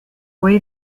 way